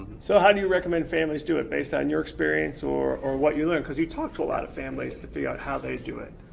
so how do you recommend families do it, based on your experience or or what you learned? you talked to a lot of families to feel out how they do it.